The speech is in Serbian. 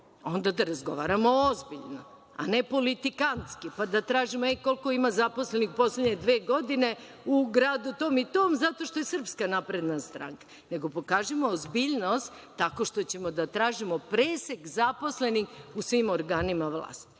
onda da razgovaramo ozbiljno, a ne politikantski, pa da tražimo koliko ima zaposlenih u poslednje dve godine u gradu tom i tom zato što je SNS, nego pokažimo ozbiljnost tako što ćemo da tražimo presek zaposlenih u svim organima vlasti,